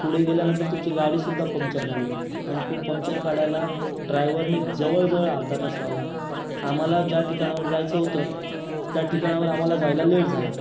पुढे गेल्यानंतर तुमची गाडीसुद्धा पंक्चर झाली आणि तो पंक्चर काढायला ड्रायव्हरने जवळ जवळ अर्धा तास लावला आम्हाला ज्या ठिकाणावर जायचं होतं त्या ठिकाणावर आम्हाला जायला लेट झाला